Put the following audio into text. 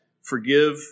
forgive